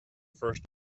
first